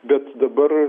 bet dabar